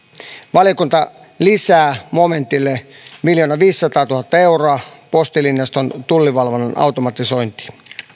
valiokunta lisää momentille miljoonaviisisataatuhatta euroa postilinjaston tullivalvonnan automatisointiin